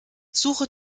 suche